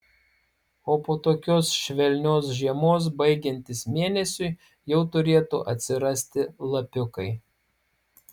o po tokios švelnios žiemos baigiantis mėnesiui jau turėtų atsirasti lapiukai